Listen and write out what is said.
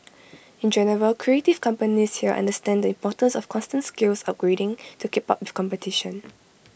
in general creative companies here understand the importance of constant skills upgrading to keep up with competition